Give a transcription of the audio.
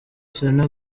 selena